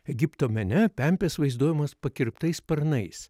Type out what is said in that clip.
egipto mene pempės vaizduojamos pakirptais sparnais